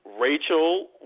Rachel